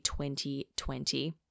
2020